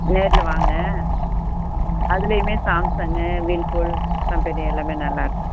நேரில் வாங்க அதுலையுமே சாம்சங்கு வீல்பூல் கம்பெனி எல்லாமே நல்லா இருக்கும்